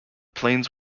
plains